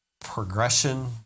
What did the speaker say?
progression